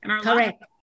Correct